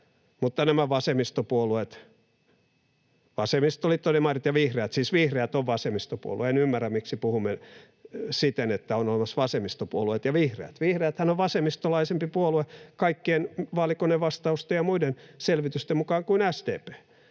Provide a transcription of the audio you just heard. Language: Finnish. mutta nämä vasemmistopuolueet eli vasemmistoliitto, demarit ja vihreät — siis vihreät on vasemmistopuolue, enkä ymmärrä, miksi puhumme siten, että on olemassa vasemmistopuolueet ja vihreät, kun vihreäthän on vasemmistolaisempi puolue kaikkien vaalikonevastausten ja muiden selvitysten mukaan kuin SDP